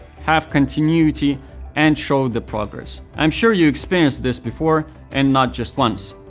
have continuity and show the progress. i'm sure you experienced this before and not just once.